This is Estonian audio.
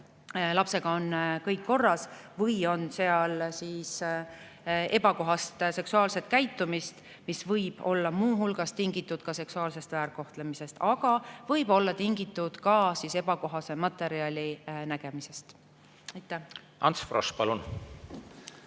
lapsega on kõik korras või on seal ebakohast seksuaalset käitumist, mis võib olla muu hulgas tingitud seksuaalsest väärkohtlemisest, aga võib olla tingitud ebakohase materjali nägemisest. Aitäh täpsustava